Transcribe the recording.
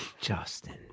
Justin